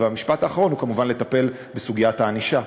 והמשפט האחרון הוא כמובן לטפל בסוגיית הענישה,